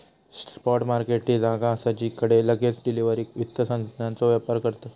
spot market ती जागा असा जिकडे लगेच डिलीवरीक वित्त साधनांचो व्यापार करतत